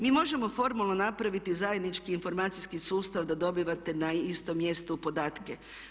Mi možemo formalno napraviti zajednički informacijski sustav da dobivate na istom mjestu podatke.